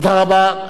תודה רבה.